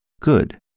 good